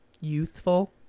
youthful